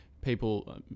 people